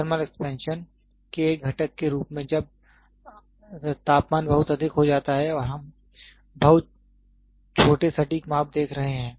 thermal expansion के एक घटक के रूप में जब तापमान बहुत अधिक हो जाता है और हम बहुत छोटे सटीक माप देख रहे हैं